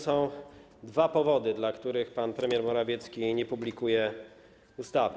Są dwa powody, dla których pan premier Morawiecki nie publikuje ustawy.